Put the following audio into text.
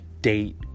date